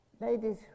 ladies